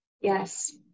yes